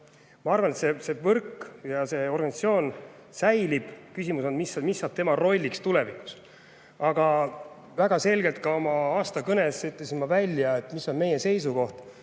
Ma arvan, et see võrk ja see organisatsioon säilib, küsimus on, mis saab tema rollist tulevikus. Aga ma ütlesin oma aastakõnes väga selgelt välja, mis on meie seisukoht.